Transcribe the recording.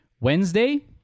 Wednesday